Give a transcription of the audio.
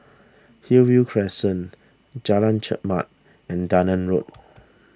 Hillview Crescent Jalan Chermat and Dunearn Road